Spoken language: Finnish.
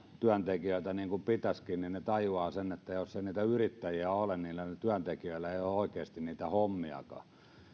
työntekijöitä niin kuin pitäisikin niin he tajuavat sen että jos ei niitä yrittäjiä ole niin niillä työntekijöillä ei ole oikeasti niitä hommiakaan